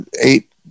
eight